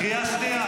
קריאה ראשונה.